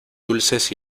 dulces